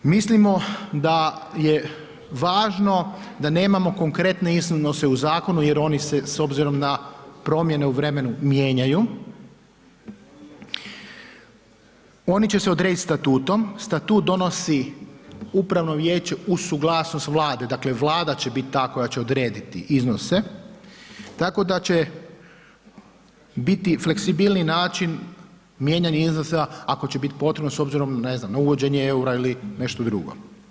Mislimo da je važno da nemamo konkretne iznose u zakonu jer oni se, s obzirom na promjene u vremenu, mijenjaju, oni će se odrediti statutom, statut donosi Upravno vijeće uz suglasnost Vlade, dakle, Vlada će bit ta koja će odrediti iznose, tako da će biti fleksibilniji način mijenjanja iznosa ako će bit potrebno s obzirom, ne znam, na uvođenje EUR-a ili nešto drugo.